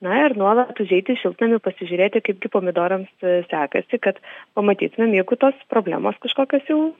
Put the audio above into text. na ir nuolat užeiti į šiltnamį pasižiūrėti kaip gi pomidorams sekasi kad pamatytumėm jeigu tos problemos kažkokios jau